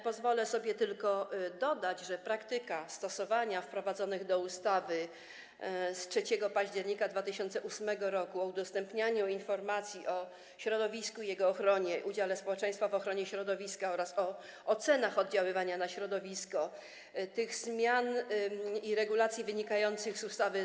Pozwolę sobie tylko dodać, że praktyka stosowania wprowadzonych do ustawy z 3 października 2008 r. o udostępnianiu informacji o środowisku i jego ochronie, udziale społeczeństwa w ochronie środowiska oraz o ocenach oddziaływania na środowisko zmian i regulacji wynikających z ustawy